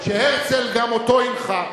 שהרצל גם אותו הנחה,